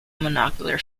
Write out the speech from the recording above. monocular